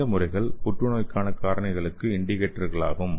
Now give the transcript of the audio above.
இந்த முறைகள் புற்றுநோய்க்கான காரணிகளுக்கு இண்டிகேடர்களாகும்